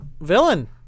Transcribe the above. villain